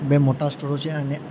બે મોટા સ્થળો છે અને